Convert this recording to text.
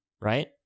right